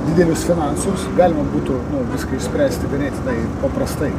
didelius finansus galima būtų viską išspręsti ganėtinai paprastai